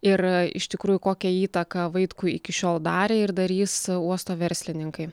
ir iš tikrųjų kokią įtaką vaitkui iki šiol darė ir darys uosto verslininkai